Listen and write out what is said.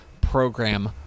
program